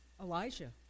Elijah